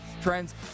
trends